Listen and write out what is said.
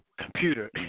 computer